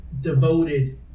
devoted